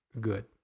good